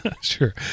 Sure